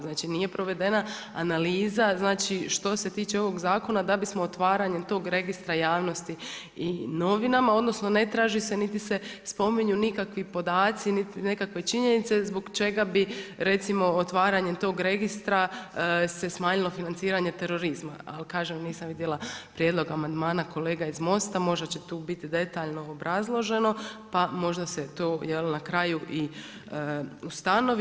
Znači nije provedena analiza što se tiče ovog zakona da bismo otvaranje tog registra javnosti i novinama odnosno ne traži se niti se spominju nikakvi podaci niti nekakve činjenice zbog čega bi recimo otvaranjem tog registra se smanjilo financiranje terorizma, ali kažem, nisam vidjela prijedlog amandmana kolega iz MOST-a, možda će tu biti detaljno obrazloženo pa možda se to jel', na kraju i ustanovi.